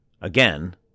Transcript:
Again